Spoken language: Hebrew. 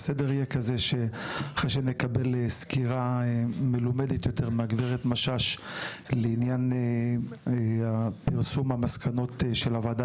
אחרי שנקבל סקירה מלומדת יותר מהגברת משש לעניין פרסום מסקנות הוועדה